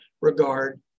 regard